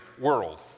world